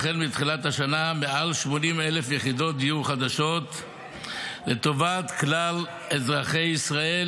החל מתחילת השנה מעל 80,000 יחידות דיור חדשות לטובת כלל אזרחי ישראל,